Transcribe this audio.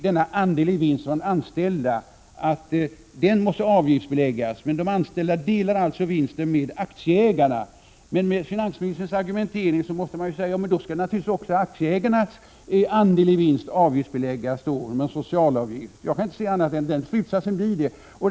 Denna andel i vinst för de anställda måste avgiftsbeläggas, säger finansministern. Men de anställda delar aktievinsten med aktieägarna. Med finansministern sätt att argumentera måste man säga: Då skall naturligtvis också aktieägarnas andel i vinst beläggas med socialavgift. Jag kan inte se annat än att det blir slutsatsen.